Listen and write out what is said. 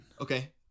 okay